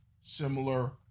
similar